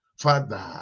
Father